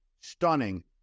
stunning